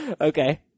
Okay